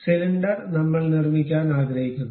cylinder നമ്മൾ നിർമ്മിക്കാൻ ആഗ്രഹിക്കുന്നു